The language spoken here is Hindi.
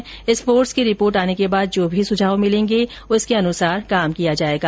इस टास्क फोर्स की रिपोर्ट आने के बाद जो भी सुझाव मिलेंगे उनके अनुसार काम किया जाएगा